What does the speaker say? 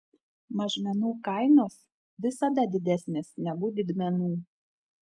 mažmenų kainos visada didesnės negu didmenų